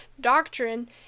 doctrine